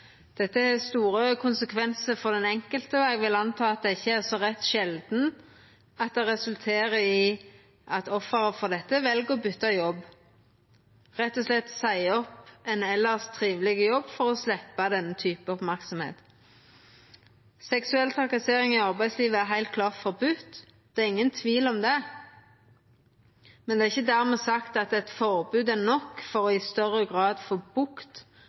Dette har store konsekvensar for den enkelte, og eg vil anta at det ikkje er rett sjeldan at det resulterer i at offer for dette vel å byta jobb – rett og slett å seia opp ein elles triveleg jobb for å sleppa denne typen merksemd. Seksuell trakassering i arbeidslivet er heilt klart forbode, det er ingen tvil om det, men det er ikkje dermed sagt at eit forbod er nok for i større grad å få bukt